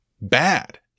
bad